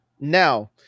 Now